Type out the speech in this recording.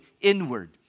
inward